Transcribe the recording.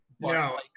No